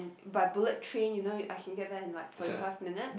by bullet train you know you I can get there in like forty five minute